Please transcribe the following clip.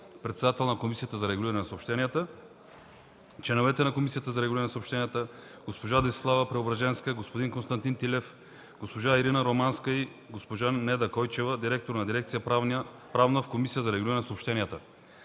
председател на Комисията за регулиране на съобщенията, членовете на Комисията за регулиране на съобщенията: госпожа Десислава Преображенска, господин Константин Тилев, госпожа Ирина Романска, и госпожа Неда Койчева – директор на Дирекция „Правна” в Комисията за регулиране на съобщенията.